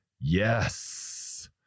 Yes